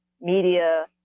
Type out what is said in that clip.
media